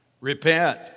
repent